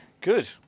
Good